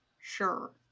Sure